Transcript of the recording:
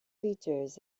features